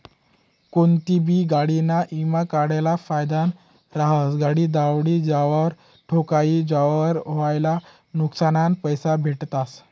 कोनतीबी गाडीना ईमा काढेल फायदाना रहास, गाडी दवडी जावावर, ठोकाई जावावर व्हयेल नुक्सानना पैसा भेटतस